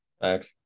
Thanks